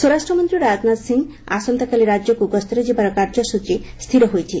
ସ୍ୱରାଷ୍ଟ୍ରମନ୍ତ୍ରୀ ରାଜନାଥ ସିଂହ ଆସନ୍ତାକାଲି ରାଜ୍ୟକ୍ର ଗସ୍ତରେ ଯିବାର କାର୍ଯ୍ୟସ୍ଚୀ ସ୍ଥିର ହୋଇଛି